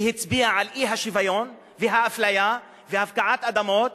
היא הצביעה על האי-שוויון ועל האפליה והפקעת אדמות